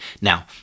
Now